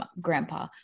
grandpa